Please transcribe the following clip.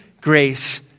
grace